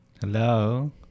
Hello